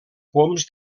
poms